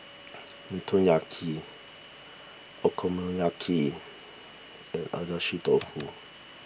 Motoyaki Okonomiyaki and Agedashi Dofu